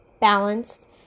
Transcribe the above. balanced